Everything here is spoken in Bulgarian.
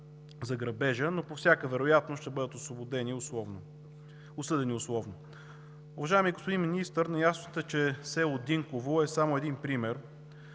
за грабежа, но по всяка вероятност ще бъдат осъдени условно. Уважаеми господин Министър, наясно сте, че село Динково е само един пример.